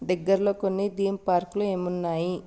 దగ్గరలో కొన్ని దీమ్ పార్కులు ఏమున్నాయి